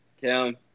Cam